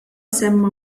semma